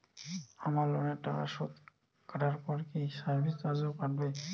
আমার লোনের টাকার সুদ কাটারপর কি সার্ভিস চার্জও কাটবে?